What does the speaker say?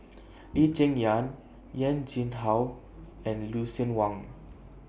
Lee Cheng Yan Wen Jinhua and Lucien Wang